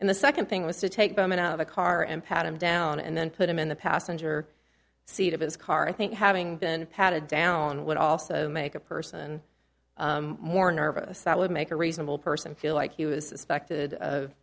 and the second thing was to take it out of the car and pat him down and then put him in the passenger seat of his car i think having been patted down would also make a person more nervous that would make a reasonable person feel like he was suspected of